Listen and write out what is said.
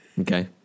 Okay